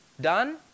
done